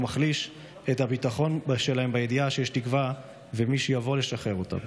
ומחליש את הביטחון שלהם בידיעה שיש תקווה ושיש מי שיבוא לשחרר אותם.